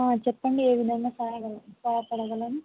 చెప్పండి ఏ విధంగా సహాయగ సహాయపడగలను